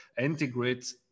integrate